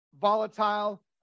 volatile